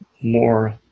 more